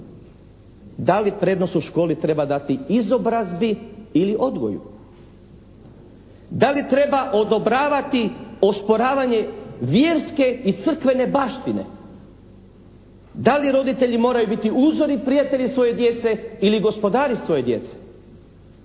Da li prednost u školi treba dati izobrazbi ili odgoju? Da li treba odobravati osporavanje vjerske i crkvene baštine? Da li roditelji moraju biti uzori i prijatelji svoje djece ili gospodari svoje djece?